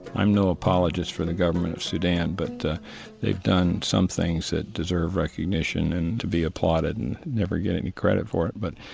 i'm no apologist for the government of sudan, but they've done some things that deserve recognition and to be applauded, and never get any credit for it. but,